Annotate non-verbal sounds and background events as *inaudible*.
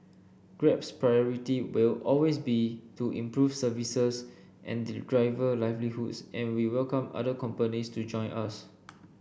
grab's priority will always be to improve services and *unintelligible* driver livelihoods and we welcome other companies to join us